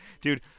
Dude